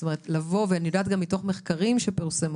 זאת אומרת, אני יודעת גם מתוך מחקרים שפורסמו,